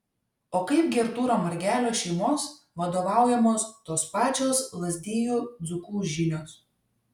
o kaip gi artūro margelio šeimos vadovaujamos tos pačios lazdijų dzūkų žinios